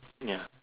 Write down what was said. ya